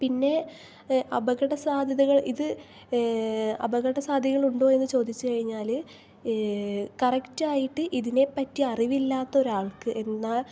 പിന്നെ അപകട സാധ്യതകൾ ഇത് അപകട സാധ്യതകൾ ഉണ്ടോ എന്ന് ചോദിച്ച് കഴിഞ്ഞാല് കറക്റ്റായിട്ട് ഇതിനെപ്പറ്റി അറിവില്ലാത്തൊരാൾക്ക് എന്നാൽ